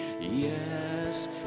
yes